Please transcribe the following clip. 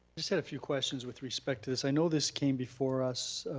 just had a few questions with respect to this. i know this came before us